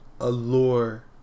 allure